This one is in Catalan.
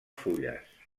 fulles